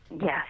Yes